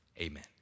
amen